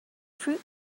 fruit